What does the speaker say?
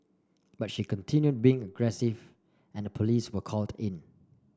but she continued being aggressive and the police were called in